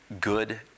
good